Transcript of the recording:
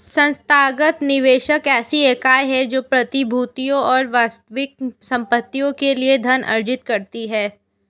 संस्थागत निवेशक ऐसी इकाई है जो प्रतिभूतियों और वास्तविक संपत्तियों के लिए धन अर्जित करती है